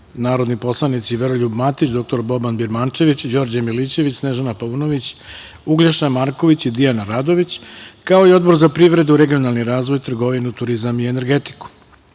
narodni poslanici Veroljub Matić, dr Boban Birmančević, Đorđe Milićević, Snežana Paunović, Uglješa Marković i Dijana Radović, kao i Odbor za privredu regionalni razvoj, trgovinu, turizam i energetiku. Primili